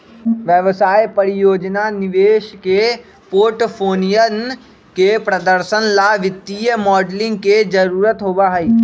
व्यवसाय, परियोजना, निवेश के पोर्टफोलियन के प्रदर्शन ला वित्तीय मॉडलिंग के जरुरत होबा हई